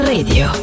Radio